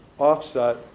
offset